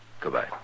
Goodbye